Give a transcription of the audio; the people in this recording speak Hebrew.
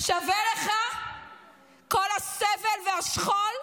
שווה לך כל הסבל והשכול?